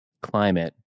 climate